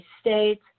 states